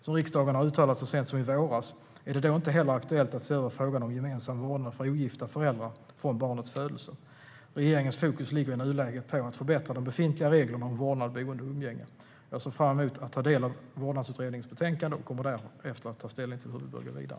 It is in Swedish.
Som riksdagen har uttalat så sent som i våras är det då inte heller aktuellt att se över frågan om gemensam vårdnad för ogifta föräldrar från barnets födelse. Regeringens fokus ligger i nuläget på att förbättra de befintliga reglerna om vårdnad, boende och umgänge. Jag ser fram emot att ta del av vårdnadsutredningens betänkande och kommer därefter att ta ställning till hur vi bör gå vidare.